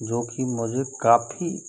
जो कि मुझे काफ़ी